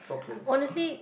honestly